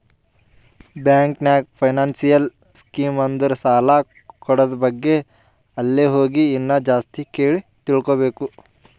bank ನಾಗ್ financial scheme ಅಂದುರ್ ಸಾಲ ಕೂಡದ್ ಬಗ್ಗೆ ಅಲ್ಲೇ ಹೋಗಿ ಇನ್ನಾ ಜಾಸ್ತಿ ಕೇಳಿ ತಿಳ್ಕೋಬೇಕು